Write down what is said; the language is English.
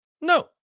No